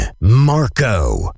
Marco